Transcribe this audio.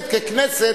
החוק,